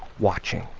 watching